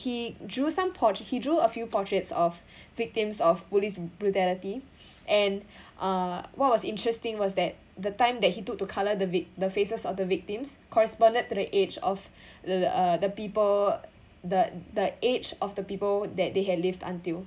he drew some portr~ he drew a few portraits of victims of police brutality and uh what was interesting was that the time that he took to colour the vic~ the faces of the victims correspondent to the age of uh the people the the age of the people that they had lived until